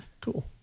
Cool